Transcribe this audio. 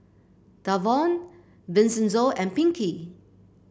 Davon Vincenzo and Pinkey